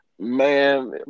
Man